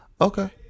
okay